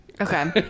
Okay